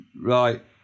Right